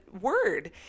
word